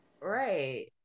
Right